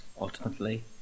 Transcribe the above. ultimately